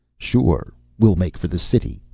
sure! we'll make for the city!